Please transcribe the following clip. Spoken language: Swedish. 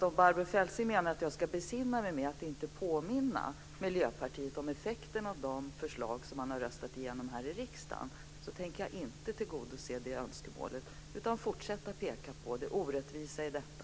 Om Barbro Feltzing menar att jag ska besinna mig när det gäller att inte påminna Miljöpartiet om effekterna av de förslag som man har röstat igenom här i riksdagen så tänker jag inte tillgodose det önskemålet. Jag tänker fortsätta att peka på det orättvisa i detta.